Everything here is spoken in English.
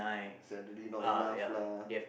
Saturday not enough lah